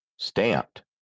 Stamped